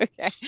Okay